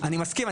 אני מסכים,